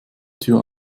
tür